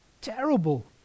terrible